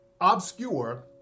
obscure